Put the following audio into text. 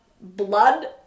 blood-